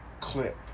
clip